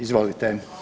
Izvolite.